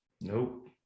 Nope